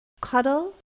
cuddle